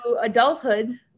adulthood